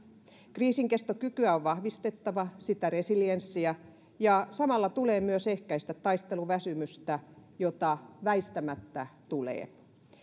kriisinkestokykyä on vahvistettava sitä resilienssiä ja samalla tulee myös ehkäistä taisteluväsymystä jota väistämättä tulee